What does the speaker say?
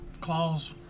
claws